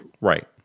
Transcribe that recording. right